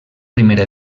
primera